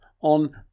on